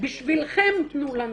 בשבילכם תנו לנו